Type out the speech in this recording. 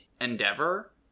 endeavor